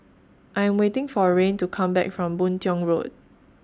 I Am waiting For Rayne to Come Back from Boon Tiong Road